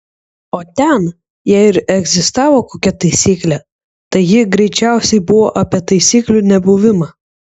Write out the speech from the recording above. o ten jei ir egzistavo kokia taisyklė tai ji greičiausiai buvo apie taisyklių nebuvimą